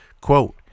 Quote